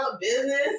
business